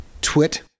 twit